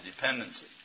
dependency